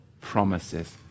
promises